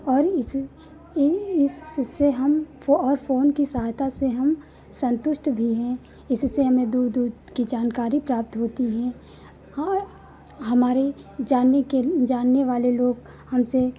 और इसी इस से हम तो और फ़ोन की सहायता से हम संतुष्ट भी हैं इससे हमें दूर दूर की जानकारी प्राप्त होती है हमारे जानने के जानने वाले लोग हमसे